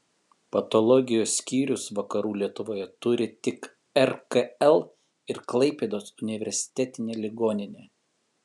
patologijos skyrius vakarų lietuvoje turi tik rkl ir klaipėdos universitetinė ligoninė